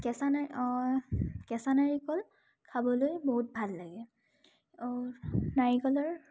কেঁচা ন কেঁচা নাৰিকল খাবলৈ বহুত ভাল লাগে নাৰিকলৰ